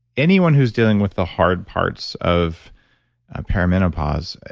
anyone who's dealing with the hard parts of perimenopause,